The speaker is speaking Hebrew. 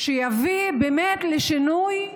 שיביא באמת לשינוי,